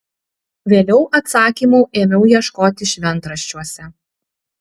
vėliau atsakymų ėmiau ieškoti šventraščiuose